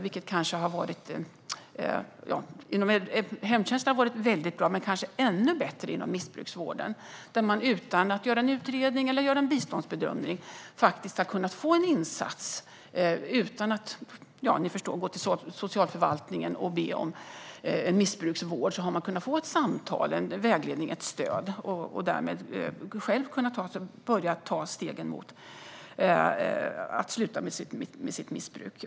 Inom hemtjänsten har det varit bra, men inom missbruksvården har det kanske varit ännu bättre. Man har kunnat få en insats utan att det har gjorts en utredning eller en biståndsbedömning. Man har kunnat få samtal, vägledning och stöd utan att gå till socialförvaltningen och be om missbruksvård. Därmed har man själv kunnat börja ta stegen mot att sluta med sitt missbruk.